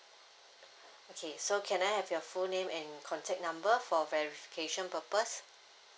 okay so can I have your full name and contact number for verification purpose